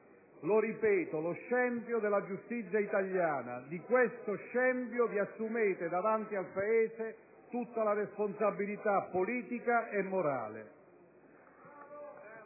Lo ripeto: lo scempio della giustizia italiana. Di questo scempio vi assumete davanti al Paese tutta la responsabilità politica e morale.